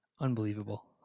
Unbelievable